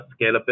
scalability